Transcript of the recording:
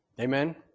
Amen